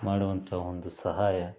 ಮಾಡುವಂಥ ಒಂದು ಸಹಾಯ